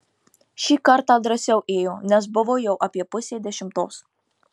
šį kartą drąsiau ėjo nes buvo jau apie pusė dešimtos